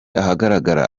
ahagaragara